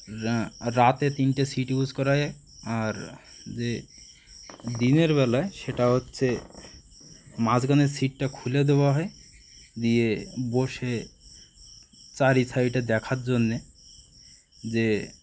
রাতে তিনটে seat use করা যায় আর যে দিনের বলায় সেটা হচ্ছে মাঝখানের সিটটা খুলে দেওয়া হয় দিয়ে বসে চারি সাইডে দেখার জন্যে যে